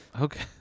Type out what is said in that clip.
Okay